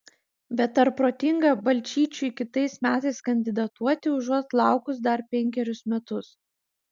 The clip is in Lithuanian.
bet ar protinga balčyčiui kitais metais kandidatuoti užuot laukus dar penkerius metus